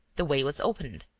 the way was opened.